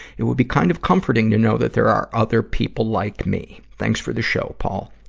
it would be kind of comforting to know that there are other people like me. thanks for the show, paul.